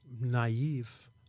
naive